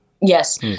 Yes